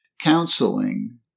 counseling